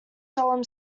solemn